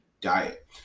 diet